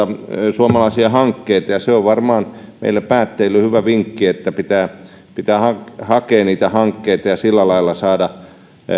suomalaisia hankkeita ja se on varmaan meille päättäjille hyvä vinkki että pitää pitää hakea niitä hankkeita ja sillä lailla saada